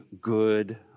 good